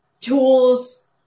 tools